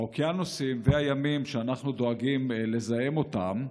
האוקיאנוסים והימים, שאנחנו דואגים לזהם אותם,